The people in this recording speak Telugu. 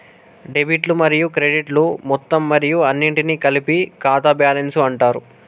డెబిట్లు మరియు క్రెడిట్లు మొత్తం మరియు అన్నింటినీ కలిపి ఖాతా బ్యాలెన్స్ అంటరు